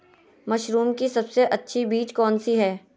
Mushroom की सबसे अच्छी बीज कौन सी है?